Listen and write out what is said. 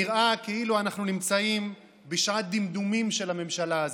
נראה כאילו אנחנו נמצאים בשעת דמדומים של הממשלה הזאת,